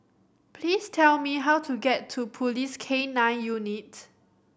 please tell me how to get to Police K Nine Unit